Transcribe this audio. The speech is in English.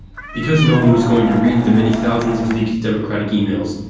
because no one was going to read the many thousands of leaked democratic emails,